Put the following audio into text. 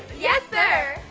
yes sir!